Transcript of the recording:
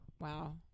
Wow